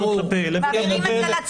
גם כלפי אלה וגם כלפי אלה,